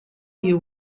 you